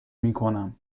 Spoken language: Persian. میکنم